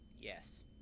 Yes